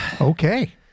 Okay